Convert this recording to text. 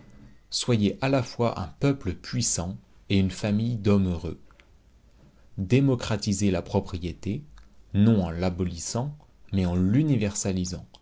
soyez à la fois un peuple puissant et une famille d'hommes heureux démocratisez la propriété non en l'abolissant mais en l'universalisant